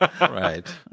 Right